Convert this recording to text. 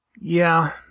Yeah